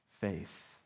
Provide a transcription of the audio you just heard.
faith